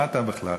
מה אתה בכלל?